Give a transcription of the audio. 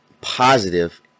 positive